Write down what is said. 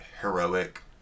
Heroic